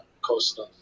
Costa